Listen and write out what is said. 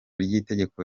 ry’itegeko